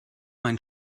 mein